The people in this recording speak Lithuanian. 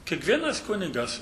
kiekvienas kunigas